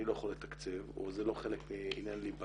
אני לא יכול לתקצב או זה לא חלק מעניין ליבה